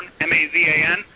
M-A-Z-A-N